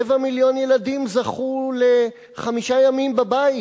רבע מיליון ילדים זכו לחמישה ימים בבית,